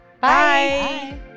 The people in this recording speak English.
Bye